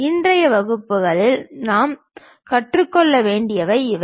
இன்றைய வகுப்பில் நாம் கற்றுக்கொள்ள வேண்டியவை இவை